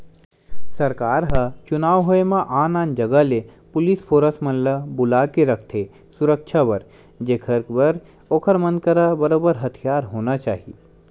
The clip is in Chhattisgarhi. सरकार ह चुनाव के होय म आन आन जगा ले पुलिस फोरस मन ल बुलाके रखथे सुरक्छा बर जेखर बर ओखर मन करा बरोबर हथियार होना चाही